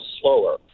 slower